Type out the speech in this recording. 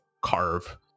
carve